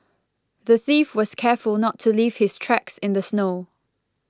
the thief was careful not to leave his tracks in the snow